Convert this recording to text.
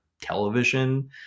television